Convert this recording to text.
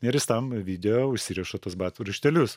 ir jis tam video užsiriša batų raištelius